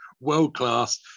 World-class